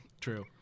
True